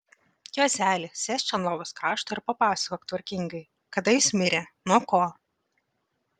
juozeli sėsk čia ant lovos krašto ir papasakok tvarkingai kada jis mirė nuo ko